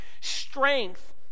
strength